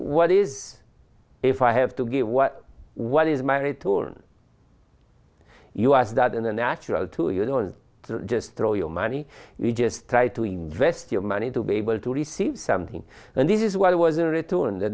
what is if i have to give what is married to you as that in a natural to you don't just throw your money you just try to invest your money to be able to receive something and this is why wasn't returned the